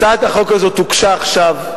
הצעת החוק הזאת הוגשה עכשיו.